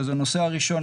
הנושא הראשון,